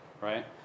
right